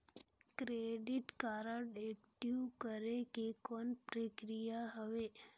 Credit card active करे के कौन प्रक्रिया हवे?